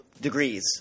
degrees –